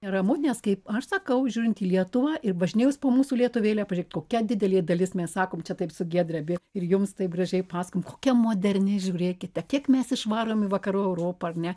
neramu nes kaip aš sakau žiūrint į lietuvą ir važinėjaus po mūsų lietuvėlę pažėkit kokia didelė dalis mes sakom čia taip su giedre abi ir jums taip gražiai pasakom kokia moderni žiūrėkite kiek mes išvarom į vakarų europą ar ne